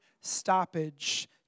stoppage